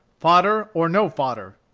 fodder or no fodder.